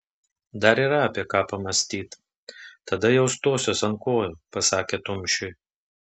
dar yra apie ką pamąstyt tada jau stosiuos ant kojų pasakė tumšiui